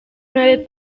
nueve